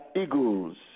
eagles